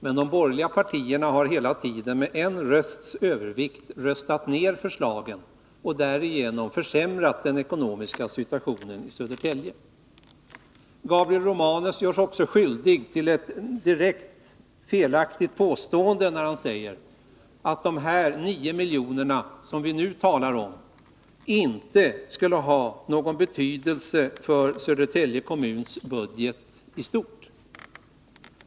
Men de borgerliga partierna har hela tiden med en rösts övervikt röstat ned förslagen och därigenom försvårat den ekonomiska situationen i Södertälje: Gabriel Romanus gör sig också skyldig till ett direkt felaktigt påstående när han säger att de 9 miljoner som vi nu talar om inte skulle ha någon betydelse för Södertälje kommuns budget i stort.